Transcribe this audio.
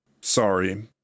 sorry